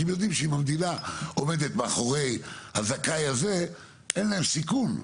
כי הם יודעים שאם המדינה עומדת מאחורי הזכאי הזה אין להם סיכון.